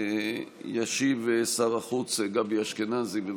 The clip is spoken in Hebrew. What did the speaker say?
ישיב שר החוץ גבי אשכנזי, בבקשה.